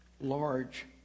large